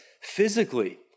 physically